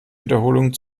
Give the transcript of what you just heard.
wiederholungen